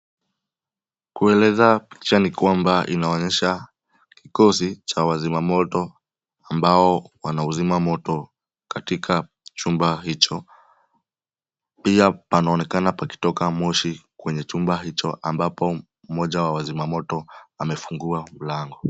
Kueleza picha ni kwamba inaonyesha kikosi cha wazima moto ambao wanauzima moto katika chumba hicho. Pia panaonekana pakitoka moshi kwenye chumba hicho ambapo mmoja wa wazima moto wamefungua mlango.